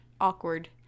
Awkward